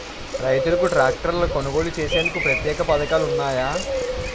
రైతులకు ట్రాక్టర్లు కొనుగోలు చేసేందుకు ప్రత్యేక పథకాలు ఉన్నాయా?